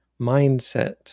mindset